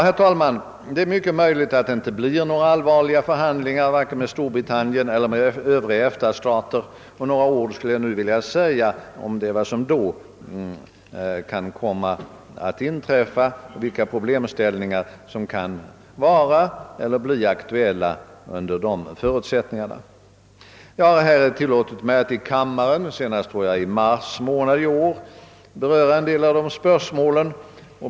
Herr talman! Det är mycket möjligt att det inte blir några allvarliga förhandlingar vare sig med Storbritannien eller med övriga EFTA-stater. Jag skulle därför vilja säga några ord om vad som då kan komma att inträffa och om vilka problemställningar som blir aktuella under dessa förutsättningar. Jag har tillåtit mig att i kammaren — senast i mars månad i år — beröra en del av dessa problem.